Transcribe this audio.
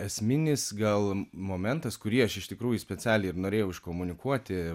esminis gal momentas kurį aš iš tikrųjų specialiai ir norėjau iškomunikuoti